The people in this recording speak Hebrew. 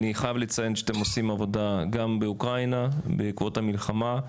אני חייב לציין שאתם עושים עבודה גם באוקראינה בעקבות המלחמה.